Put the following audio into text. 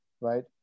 right